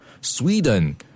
Sweden